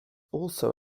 also